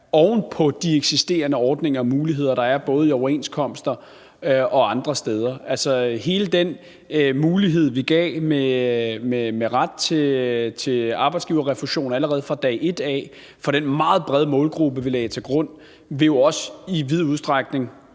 med de eksisterende ordninger og muligheder, der er i både overenskomster og andre steder. Altså, den mulighed, vi gav med ret til arbejdsgiverrefusion allerede fra dag et for den meget brede målgruppe, vi lagde til grund, vil jo også i vid udstrækning,